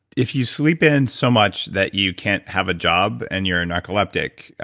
if you sleep in so much that you can't have a job and you're a narcoleptic,